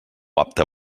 apte